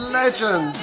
legend